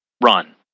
run